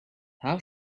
how